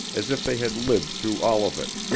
as if they had lived through all of it.